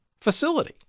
facility